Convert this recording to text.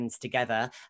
Together